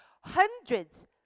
hundreds